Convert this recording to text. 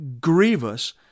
grievous